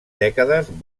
dècades